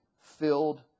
filled